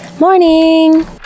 Morning